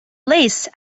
lace